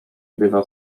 bywa